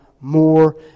more